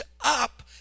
up